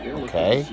okay